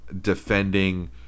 defending